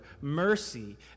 mercy